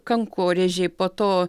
kankorėžiai po to